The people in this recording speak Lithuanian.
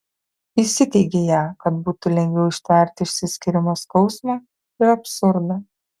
įsiteigei ją kad būtų lengviau ištverti išsiskyrimo skausmą ir absurdą